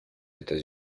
états